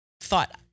thought